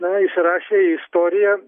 na įsirašė į istoriją